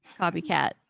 copycat